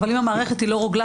אבל אם המערכת אינה רוגלה,